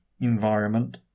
environment